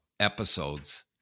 Episodes